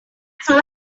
find